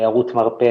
תיירות מרפא,